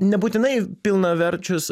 nebūtinai pilnaverčius